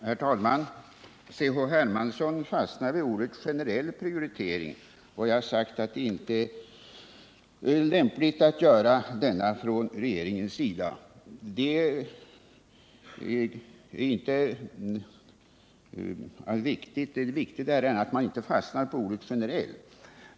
Herr talman! Carl-Henrik Hermansson fastnade vid orden ”generell prioritering”. Jag har sagt att det inte är lämpligt att göra en sådan från regeringens sida. Det är viktigt att man inte fastnar på ordet ”generell”.